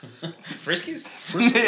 Friskies